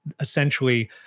essentially